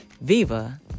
Viva